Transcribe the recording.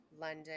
london